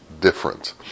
different